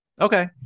Okay